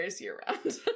year-round